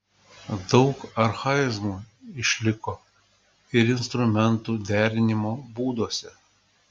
daug archaizmų išliko ir instrumentų derinimo būduose